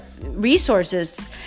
resources